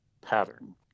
pattern